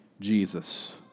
Jesus